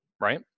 right